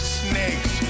snakes